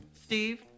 Steve